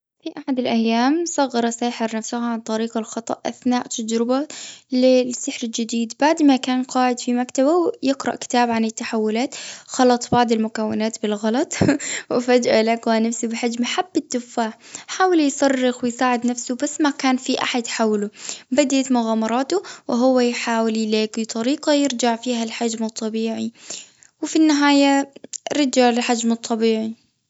في أحد الأيام، صغر ساحر نفسه عن طريق الخطأ، أثناء تجربة ل للسحر الجديد. بعد ما كان قاعد في مكتبه، يقرأ كتاب عن التحولات، خلط بعض المكونات بالغلط، وفجأة، لقى نفسه بحجم حبة تفاح. حاول يصرخ ويساعد نفسه، بس ما كان في أحد حوله. بديت مغامراته وهو يحاول يلاقي طريقة يرجع فيها الحجم الطبيعي. وفي النهاية رجع لحجمه الطبيعي.